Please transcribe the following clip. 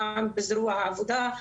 פעם בזרוע עבודה,